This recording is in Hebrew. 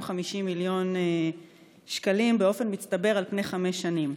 מיליון שקלים באופן מצטבר על פני חמש שנים.